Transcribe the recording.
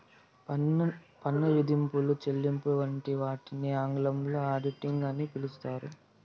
పన్ను విధింపులు, చెల్లింపులు వంటి వాటిని ఆంగ్లంలో ఆడిటింగ్ అని పిలుత్తారు